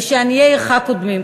ושעניי עירך קודמים.